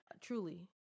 truly